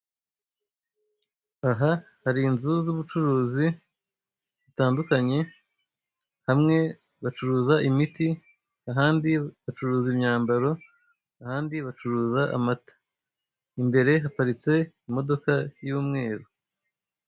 Aha hari inzu z'ubucuruzi zitandukanye, hamwe bacuruza imiti, ahandi bacuruza imyambaro, ahandi bacuruza amata. Imbere haparitse imodoka y'umweru.